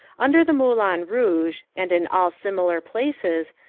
under the moulin rouge, and in all similar places,